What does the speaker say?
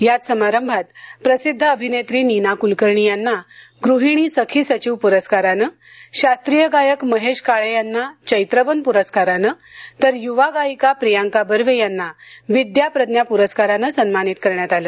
याच समारंभात प्रसिद्ध अभिनेत्री नीना कुलकर्णी यांना गृहिणी सखी सचिव पुरस्कारानं शास्त्रीय गायक महेश काळे यांना चैत्रबन पुरस्कारानं तर युवा गायिका प्रियंका बर्वे यांना विद्या प्रज्ञा पुरस्कारानं सन्मानित करण्यात आलं